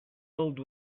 filled